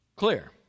Clear